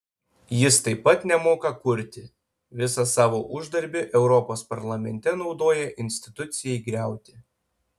jis taip pat nemoka kurti visą savo uždarbį europos parlamente naudoja institucijai griauti